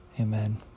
Amen